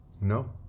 No